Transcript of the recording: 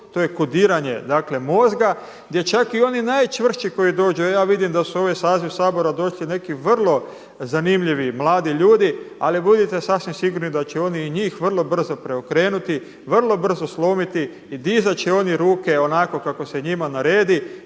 to je kodiranje mozga gdje čak i oni najčvršći koji dođu, a ja vidim da se u ovaj saziv Sabora došli neki vrlo zanimljivi mladi ljudi, ali budite sasvim sigurni da će oni i njih vrlo brzo preokrenuti, vrlo brzo slomiti i dizat će oni ruke onako kako se njima naredi